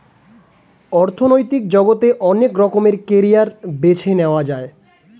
অর্থনৈতিক জগতে অনেক রকমের ক্যারিয়ার বেছে নেয়া যায়